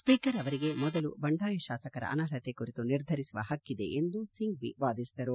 speaker ಅವರಿಗೆ ಮೊದಲು ಬಂಡಾಯ ಶಾಸಕರ ಅನರ್ಪತೆ ಕುರಿತು ನಿರ್ಧರಿಸುವ ಪಕ್ಕಿದೆ ಎಂದು ಸಿಂಫ್ಟಿ ವಾದಿಸಿದರು